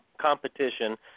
competition